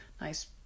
nice